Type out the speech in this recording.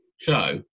show